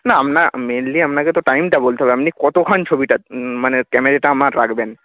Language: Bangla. না আপনার মেইনলি আপনাকে তো টাইমটা বলতে হবে আপনি কতক্ষণ ছবিটা মানে ক্যামেরাটা আমার রাখবেন